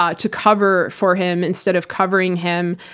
ah to cover for him instead of covering him.